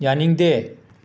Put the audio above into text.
ꯌꯥꯅꯤꯡꯗꯦ